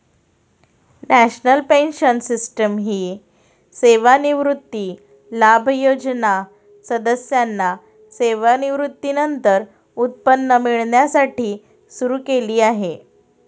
national Pension System ही सेवानिवृत्ती लाभ योजना सदस्यांना सेवानिवृत्तीनंतर उत्पन्न मिळण्यासाठी सुरू केली आहे